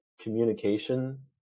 communication